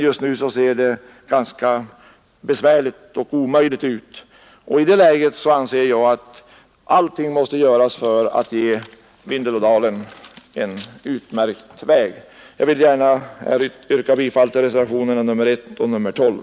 Just nu ser det emellertid besvärligt och alldeles omöjligt ut. I det läget anser jag att allt måste göras för att ge Vindelådalen en utmärkt väg. Jag yrkar därför bifall till reservationerna 1 och 12.